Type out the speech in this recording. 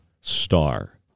star